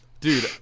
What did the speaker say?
Dude